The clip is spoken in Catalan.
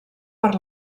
per